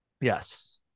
Yes